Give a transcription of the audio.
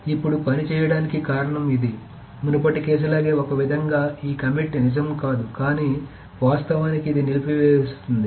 కాబట్టి ఇప్పుడు పని చేయడానికి కారణం ఇది మునుపటి కేసులాగే ఒక విధంగా ఈ కమిట్ నిజం కాదు కానీ వాస్తవానికి ఇది నిలిపివేస్తుంది